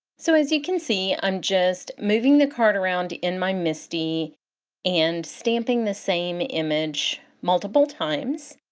so as you can see i'm just moving the card around in my misti and stamping the same image multiple times.